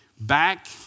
back